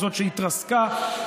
זאת שהתרסקה,